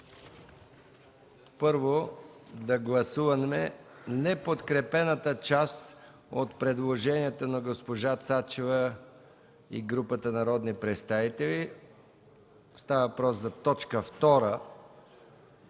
първо да гласуваме неподкрепената част от предложенията на госпожа Цачева и група народни представители. Става въпрос за т. 2 в ал.